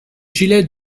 gilet